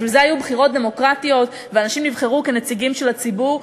בשביל זה היו בחירות דמוקרטיות ואנשים נבחרו כנציגים של הציבור,